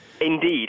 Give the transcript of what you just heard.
Indeed